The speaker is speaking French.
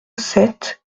sept